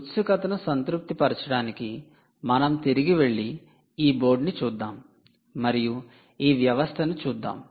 ఉత్సుకతను సంతృప్తి పరచడానికి మనం తిరిగి వెళ్లి ఈ బోర్డుని చూద్దాం మరియు ఈ వ్యవస్థను చూద్దాం